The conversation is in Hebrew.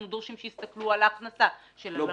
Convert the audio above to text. אנחנו דורשים שיסתכלו על הכנסה של הלקוח,